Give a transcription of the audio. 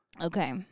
Okay